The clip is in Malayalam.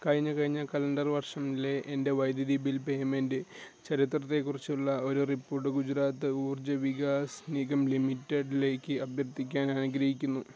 കഴിഞ്ഞ കഴിഞ്ഞ കലണ്ടർ വർഷംലെ എൻ്റെ വൈദ്യുതി ബിൽ പേയ്മെൻ്റ് ചരിത്രത്തെക്കുറിച്ചുള്ള ഒരു റിപ്പോർട്ട് ഗുജറാത്ത് ഊർജ വികാസ് നിഗം ലിമിറ്റഡ്ലേക്ക് അഭ്യർത്ഥിക്കാൻ ഞാൻ ആഗ്രഹിക്കുന്നു